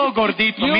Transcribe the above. gordito